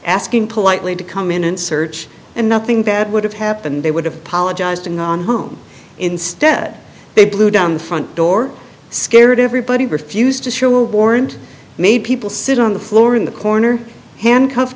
asking politely to come in and search and nothing bad would have happened they would have pollock johnston on home instead they blew down the front door scared everybody refused to show a warrant made people sit on the floor in the corner handcuffed